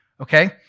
okay